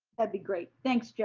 ah be great. thanks, yeah